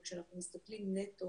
וכשאנחנו מסתכלים נטו